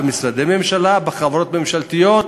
במשרדי הממשלה ובחברות הממשלתיות,